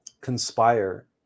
conspire